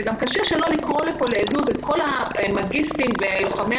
וגם קשה שלא לקרוא לפה לעדות את כל המאגיסטים ולוחמי